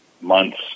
months